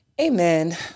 Amen